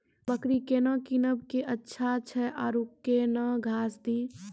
बकरी केना कीनब केअचछ छ औरू के न घास दी?